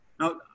Now